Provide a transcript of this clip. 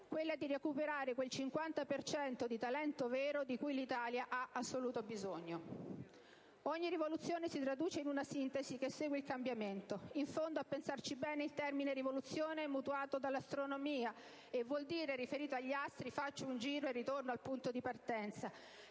quella di recuperare quel 50 per cento di «talento vero» di cui l'Italia ha assoluto bisogno. Ogni rivoluzione si traduce in una sintesi che segue il cambiamento: in fondo, a pensarci bene, il termine rivoluzione è mutuato dall'astronomia e vuol dire, riferito agli astri, faccio un giro e ritorno al punto di partenza.